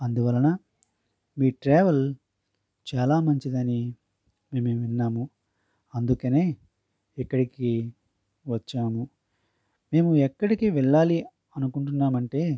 అందువలన మీ ట్రావెల్ చాలా మంచిదని మేము విన్నాము అందుకనే ఇక్కడికి వచ్చాము మేము ఎక్కడికి వెళ్ళాలి అనుకుంటున్నాము అంటే